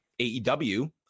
aew